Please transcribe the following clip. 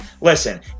Listen